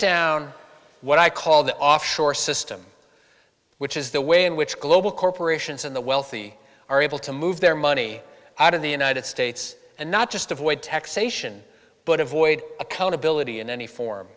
down what i call the offshore system which is the way in which global corporations and the wealthy are able to move their money out of the united states and not just avoid taxation but avoid accountability in any form